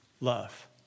love